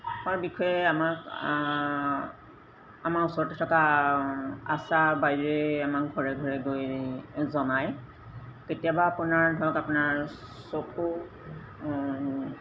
সমূহৰ বিষয়ে আমাক আমাৰ ওচৰতে থকা আশা বাইদেৱে আমাক ঘৰে ঘৰে গৈ জনাই কেতিয়াবা আপোনাৰ ধৰক আপোনাৰ চকু